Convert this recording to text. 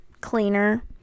cleaner